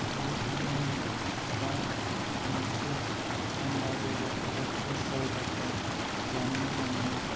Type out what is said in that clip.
दुगैखांनानै एबा मोनसे थान्दा जायगा एबा फ्रेश जायगाफ्राव जानो मोजां मोनो